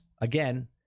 Again